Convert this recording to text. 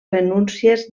renúncies